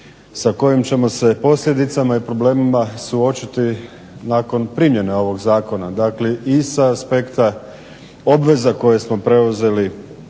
sa kojim ćemo se posljedicama i problemima suočiti nakon primjene ovog zakona, dakle i sa aspekta obveza koje smo preuzeli